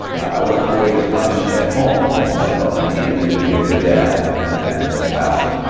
i wasn't doing as much at home as i felt i needed to to be a good dad and and spouse.